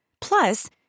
Plus